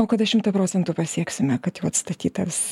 o kada šimtą pricentų pasieksime kad jau atstatytas